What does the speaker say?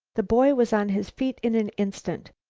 the boy was on his feet in an instant.